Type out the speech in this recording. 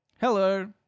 Hello